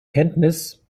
kenntnis